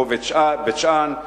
כמו בית-שאן,